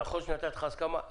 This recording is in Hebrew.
נכון שנתתי לך הסכמה,